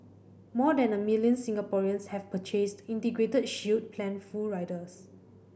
more than a million Singaporeans have purchased Integrated Shield Plan full riders